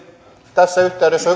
tässä yhteydessä